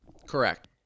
Correct